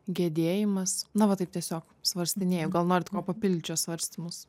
gedėjimas na va taip tiesiog svarstinėju gal norit kuo papildyt šiuos svarstymus